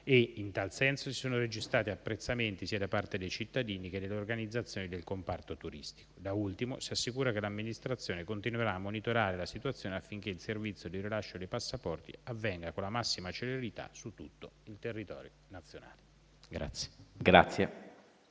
In tal senso si sono registrati apprezzamenti sia da parte dei cittadini che delle organizzazioni del comparto turistico. Da ultimo, si assicura che l'amministrazione continuerà a monitorare la situazione affinché il servizio di rilascio dei passaporti avvenga con la massima celerità su tutto il territorio nazionale. [DE